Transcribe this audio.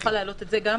שוב,